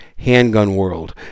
handgunworld